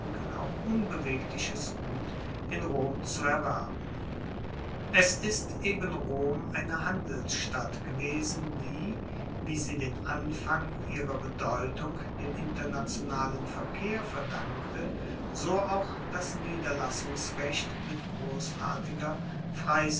auch unbewegliches gut in rom zu erwerben es ist eben rom eine handelsstadt gewesen die wie sie den anfang ihrer bedeutung dem internationalen verkehr verdankte so auch das niederlassungsrecht mit grossartiger